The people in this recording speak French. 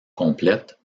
complète